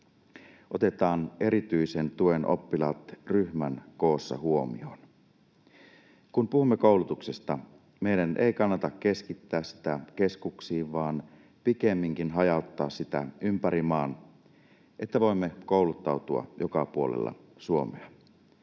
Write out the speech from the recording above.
Otetaan erityisen tuen oppilaat ryhmän koossa huomioon. Kun puhumme koulutuksesta, meidän ei kannata keskittää sitä keskuksiin vaan pikemminkin hajauttaa sitä ympäri maan, että voimme kouluttautua joka puolella Suomea.